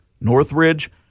Northridge